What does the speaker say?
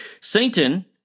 Satan